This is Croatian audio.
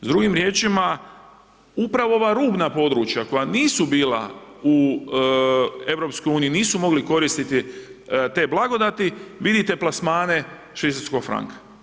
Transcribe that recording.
Drugim riječima, upravo ova rubna područja koja nisu bila u EU, nisu mogli koristiti te blagodati, vidite plasmane švicarskog franka.